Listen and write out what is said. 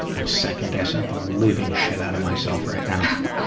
i'm second-guessing the living shit out of myself right now.